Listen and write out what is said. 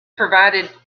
provided